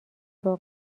واقع